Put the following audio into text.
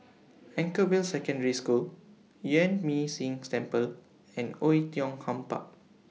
Anchorvale Secondary School Yuan Ming Si Temple and Oei Tiong Ham Park